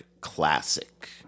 classic